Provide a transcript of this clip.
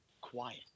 quiet